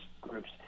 groups